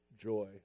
joy